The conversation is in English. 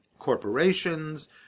corporations